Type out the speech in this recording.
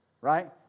Right